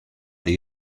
are